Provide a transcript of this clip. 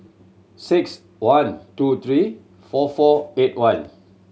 six one two three four four eight one